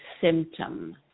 symptom